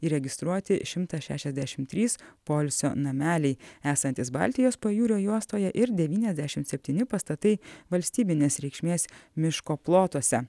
įregistruoti šimtas šešiasdešim trys poilsio nameliai esantys baltijos pajūrio juostoje ir devyniasdešim septyni pastatai valstybinės reikšmės miško plotuose